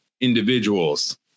individuals